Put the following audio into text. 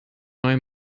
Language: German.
neue